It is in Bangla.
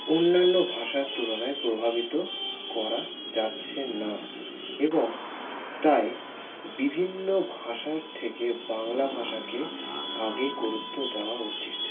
অন্যান্য ভাষার তুলনায় প্রভাবিত করা যাচ্ছে না এবং তাই বিভিন্ন ভাষার থেকে বাংলা ভাষাকে আগে গুরুত্ব দেওয়া উচিত